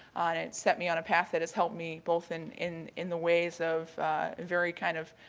it set me on a path that has helped me both and in in the ways of a very kind of